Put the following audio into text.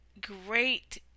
great